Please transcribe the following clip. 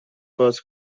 باز